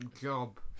Job